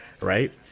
right